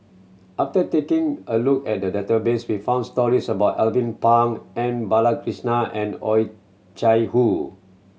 after taking a look at the database we found stories about Alvin Pang M Balakrishnan and Oh Chai Hoo